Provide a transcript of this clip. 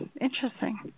Interesting